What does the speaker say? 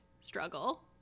struggle